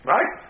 Right